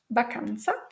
vacanza